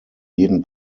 jeden